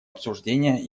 обсуждения